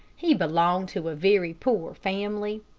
he belonged to a very poor family.